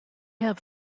have